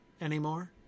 anymore